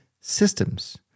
systems